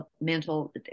mental